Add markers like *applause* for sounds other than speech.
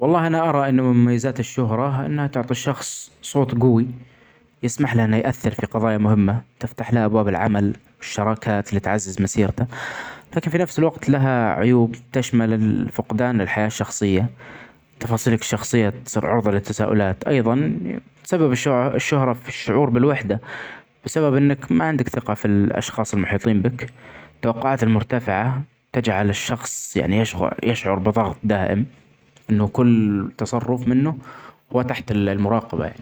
والله أنا أري أنه مميزات الشهرة أنها تعطي الشخص صوت جوي يسمحلها أنه يأثر في قضايا مهمه. تفتح له أبواب العمل والشراكات اللي تعزز مسيرتة لكن في نفس الوقت لها عيوب تشمل ال-الفقدان للحياة الشخصية ،تفاصيلك الشخصيه تصير عرظه للتساؤلات أيضا بسبب الش-الشهرة في الشعور بالوحدة بسبب أنك ما عندك ثقة في الأشخاص المحيطين بك ،توقعات المرتفعة تجعل الشخص يعمي *hesitation* يشعر بظغط دائم ،أنه كل تصرف منه هو تحت المراقبة يعني.